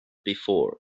before